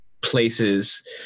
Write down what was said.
places